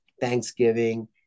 Thanksgiving